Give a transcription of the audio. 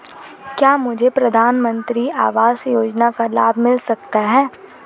क्या मुझे प्रधानमंत्री आवास योजना का लाभ मिल सकता है?